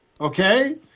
Okay